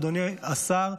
אדוני השר,